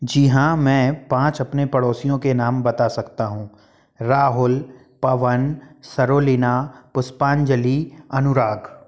जी हाँ मैं पाँच अपने पड़ोसियों के नाम बता सकता हूँ राहुल पवन सरोलिना पुष्पांजलि अनुराग